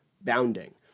bounding